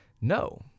No